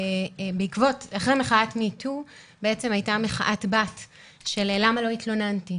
אחרי מחאת ME TOO הייתה מחאת BUT של: למה לא התלוננתי?